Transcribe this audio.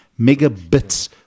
megabits